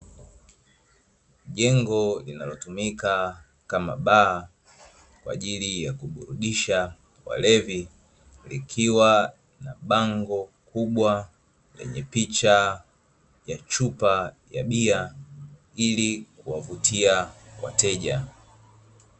Jengo linalotumika kama baa, kwa ajili ya kuburudisha walevi, likiwa na bango kubwa lenye chupa ya bia, ili kuwavutia wateja.